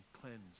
cleansed